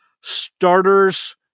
starters